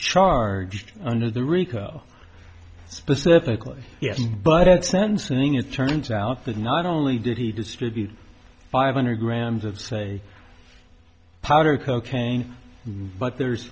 charged under the rico specifically yes but at sentencing it turns out that not only did he distribute five hundred grams of say powder cocaine but there's